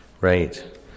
Right